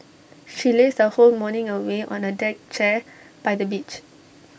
she lazed her whole morning away on the deck chair by the beach